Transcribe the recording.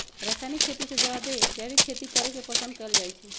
रासायनिक खेती से जादे जैविक खेती करे के पसंद कएल जाई छई